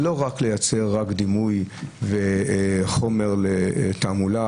זה לא רק לייצר דימוי וחומר תעמולה,